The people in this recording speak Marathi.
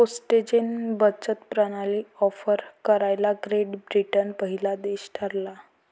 पोस्टेज बचत प्रणाली ऑफर करणारा ग्रेट ब्रिटन पहिला देश ठरला